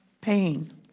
pain